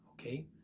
okay